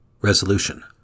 Resolution